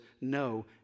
no